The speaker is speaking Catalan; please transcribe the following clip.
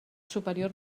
superior